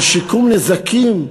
על שיקום נזקים,